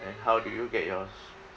and how do you get yours